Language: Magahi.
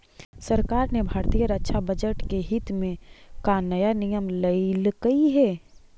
सरकार ने भारतीय रक्षा बजट के हित में का नया नियम लइलकइ हे